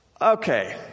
Okay